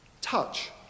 touch